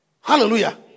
Hallelujah